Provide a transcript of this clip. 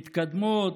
מתקדמות,